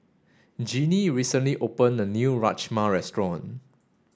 Jeannie recently opened a new Rajma restaurant